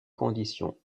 conditions